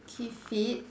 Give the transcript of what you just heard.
keep fit